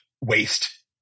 waste